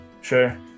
sure